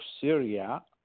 Syria